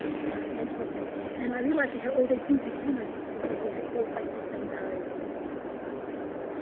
um when i mentored them and i realized he had all these things in common. because we all face the same barriers, even though we had different impairments.